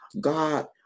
God